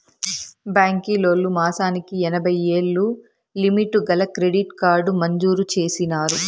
బాంకీలోల్లు మాసానికి ఎనభైయ్యేలు లిమిటు గల క్రెడిట్ కార్డు మంజూరు చేసినారు